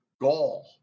gall